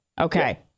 Okay